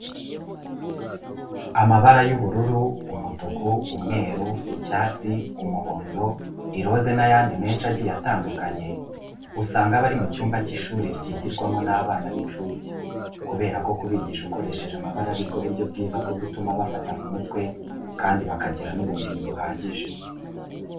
Amabara y'ubururu, umutuku, umweru, icyatsi, umuhondo, iroze n'ayandi menshi agiye atandukanye, usanga aba ari mu cyumba cy'ishuri ryigirwamo n'abana b'incuke kubera ko kubigisha ukoresheje amabara ari bwo buryo bwiza bwo gutuma bafata mu mutwe kandi bakagira n'ubumenyi buhagije.